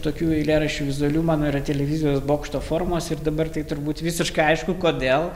tokių eilėraščių vizualių mano yra televizijos bokšto formos ir dabar tai turbūt visiškai aišku kodėl